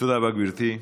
תודה רבה, גברתי.